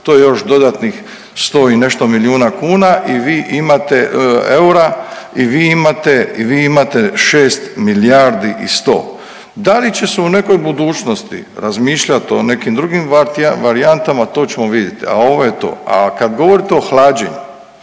to je još 100 i nešto milijuna kuna i vi imate, eura i vi imate, vi imate 6 milijardi i 100. Da li će se u nekoj budućnosti razmišljati o nekim drugim varijantama to ćemo vidjeti, a ovo je to. A kad govorite o hlađenju,